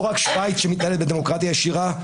לא רק שווייץ שמתהללת בדמוקרטיה ישירה.